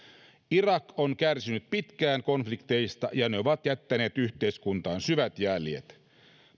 irak on kärsinyt pitkään konflikteista ja ne ovat jättäneet yhteiskuntaan syvät jäljet